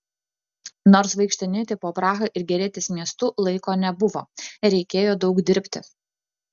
nors vaikštinėti po prahą ir gėrėtis miestu laiko nebuvo reikėjo daug dirbti